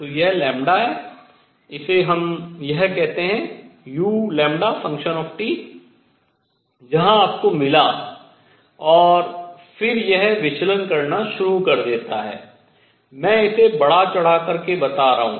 तो यह λ है इसे हम यह कहते हैं u जहाँ आपको मिला और फिर यह विचलन करना शुरू कर देता है मैं इसे बढ़ा चढ़ा कर के बता रहा हूँ